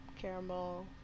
caramel